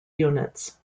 units